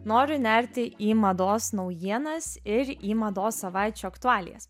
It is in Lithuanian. noriu nerti į mados naujienas ir į mados savaičių aktualijas